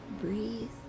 Breathe